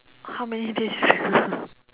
how many days